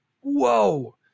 Whoa